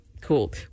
Cool